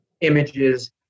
images